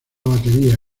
batería